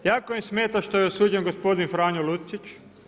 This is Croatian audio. Jako im smeta što je osuđen gospodin Franjo Lucić.